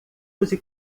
use